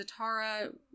Zatara